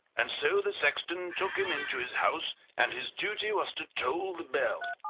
and so the sexton took him into his house, and his duty was to toll the bell.